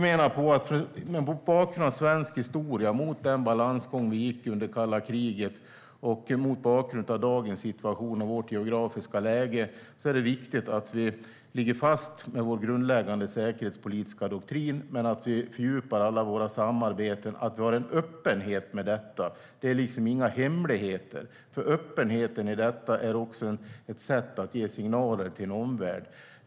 Mot bakgrund av svensk historia, mot bakgrund av den balansgång vi gick under kalla kriget och mot bakgrund av dagens situation och vårt geografiska läge är det viktigt att vår grundläggande säkerhetspolitiska doktrin ligger fast, men det är också viktigt att vi fördjupar alla våra samarbeten och att vi har en öppenhet i det. Det är inget hemligt. Öppenheten i dessa frågor är också ett sätt att ge signaler till omvärlden.